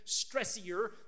stressier